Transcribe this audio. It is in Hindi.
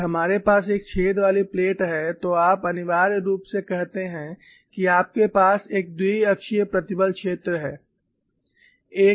यदि हमारे पास एक छेद वाली प्लेट है तो आप अनिवार्य रूप से कहते हैं कि आपके पास एक द्विअक्षीय प्रतिबल क्षेत्र है